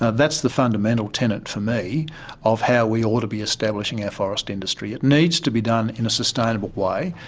that's the fundamental tenant for me of how we ought to be establishing our forest industry. it needs to be done in a sustainable way,